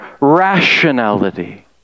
rationality